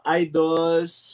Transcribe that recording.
idols